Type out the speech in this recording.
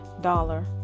dollar